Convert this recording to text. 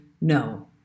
No